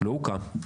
לא הוקם.